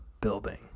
Building